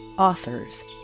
authors